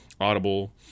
audible